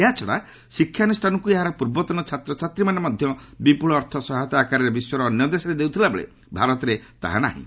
ଏହାଛଡ଼ା ଶିକ୍ଷାନୁଷ୍ଠାନକୁ ଏହାର ପୂର୍ବତନ ଛାତ୍ରଛାତ୍ରୀମାନେ ମଧ୍ୟ ବିପୁଳ ଅର୍ଥ ସହାୟତା ଆକାରରେ ବିଶ୍ୱର ଅନ୍ୟ ଦେଶରେ ଦେଉଥିବାବେଳେ ଭାରତରେ ତାହା ନାହିଁ